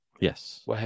Yes